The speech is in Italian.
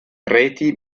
reti